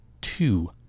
two